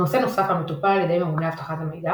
נושא נוסף המטופל על ידי ממונה אבטחת המידע